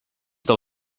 del